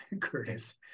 curtis